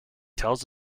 tells